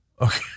Okay